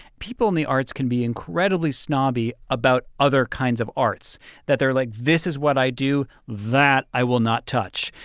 people in the arts can be incredibly snobby about other kinds of arts that they're like. this is what i do that i will not touch.